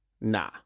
nah